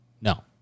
No